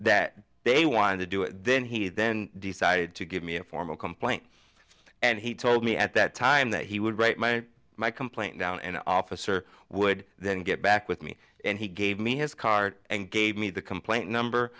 that they wanted to do it then he then decided to give me a formal complaint and he told me at that time that he would write my my complaint down and officer would then get back with me and he gave me his card and gave me the complaint number